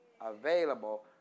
available